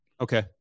Okay